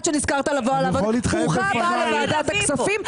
ברוך הבא לוועדת הכספים.